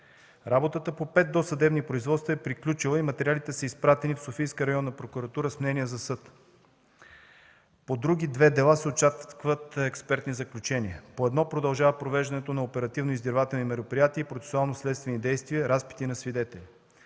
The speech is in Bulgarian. Работата по пет досъдебни производства е приключила и материалите са изпратени в Софийската районна прокуратура с мнение за съд. По други две дела се очакват експертни заключения. По едно продължава провеждането на оперативно-издирвателни мероприятия и процесуално-следствени действия, разпити на свидетели.